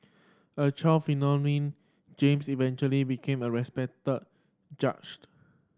a child James eventually became a respected judged